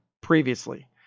previously